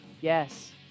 yes